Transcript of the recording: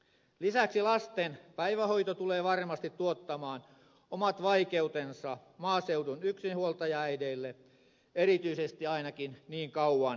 lisäksi lasten päivähoito tulee varmasti tuottamaan omat vaikeutensa maaseudun yksinhuoltajaäideille erityisesti ainakin niin kauan kuin lapset ovat pieniä